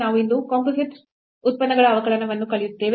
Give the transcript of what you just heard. ನಾವು ಇಂದು ಕಂಪೋಸಿಟ್ ಉತ್ಪನ್ನಗಳ ಅವಕಲನವನ್ನು ಕಲಿಯುತ್ತೇವೆ